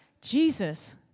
Jesus